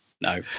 No